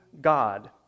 God